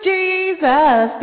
Jesus